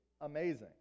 amazing